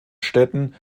städten